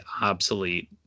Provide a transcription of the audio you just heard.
obsolete